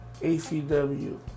ACW